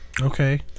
Okay